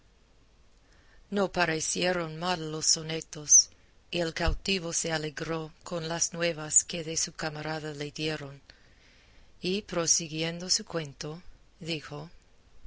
no parecieron mal los sonetos y el cautivo se alegró con las nuevas que de su camarada le dieron y prosiguiendo su cuento dijo